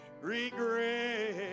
regret